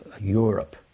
Europe